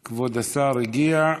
כבוד השר הגיע.